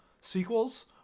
sequels